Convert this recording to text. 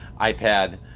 iPad